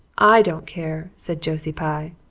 i don't care, said josie pye.